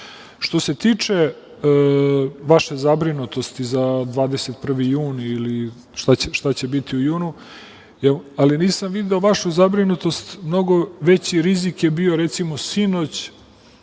se tiče vaše zabrinutosti za 21. jun ili šta će biti u junu, nisam video vašu zabrinutost, mnogo veći rizik je bio, recimo, sinoć,